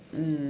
mm